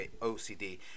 OCD